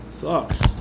sucks